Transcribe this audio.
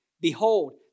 Behold